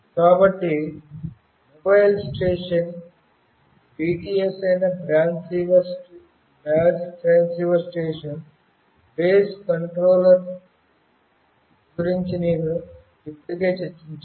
కాబట్టి mobile station BTS అయిన base transceiver station base station controller గురించి నేను ఇప్పటికే చర్చించాను